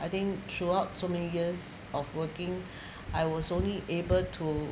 I think throughout so many years of working I was only able to